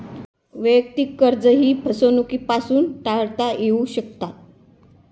वैयक्तिक कर्जेही फसवणुकीपासून टाळता येऊ शकतात